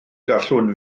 gallwn